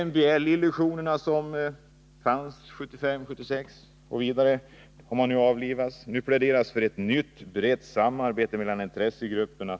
MBL-illusionerna som fanns 1975-1976 har man nu avlivat. Nu pläderar LO för ett nytt brett samarbete mellan intressegrupperna.